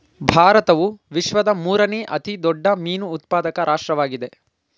ಭಾರತವು ವಿಶ್ವದ ಮೂರನೇ ಅತಿ ದೊಡ್ಡ ಮೀನು ಉತ್ಪಾದಕ ರಾಷ್ಟ್ರವಾಗಿದೆ